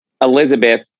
Elizabeth